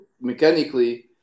mechanically